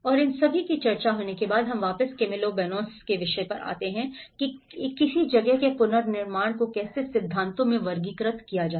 और इन सभी की चर्चा होने के बाद हम वापस कैमिलो बानोस के विषय पर आते हैं की किसी जगह के पुनर्निर्माण को कैसे सिद्धांतों में वर्गीकृत किया जाए